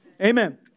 Amen